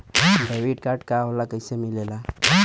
Debit card का होला कैसे मिलेला?